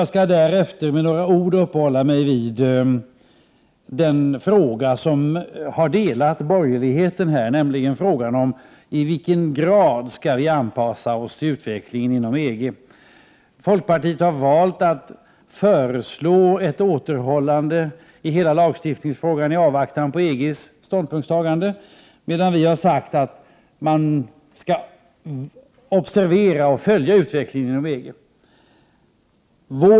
Jag skall därefter med några ord uppehålla mig vid den fråga som har delat borgerligheten, nämligen frågan om i vilken grad vi skall anpassa oss till utvecklingen inom EG. Folkpartiet har valt att föreslå ett återhållande i hela lagstiftningsfrågan i avvaktan på EG:s ståndpunktstagande, medan vi har sagt att man skall observera och följa utvecklingen inom EG.